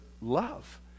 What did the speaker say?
love